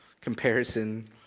comparison